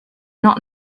not